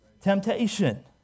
Temptation